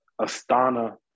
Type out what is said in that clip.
astana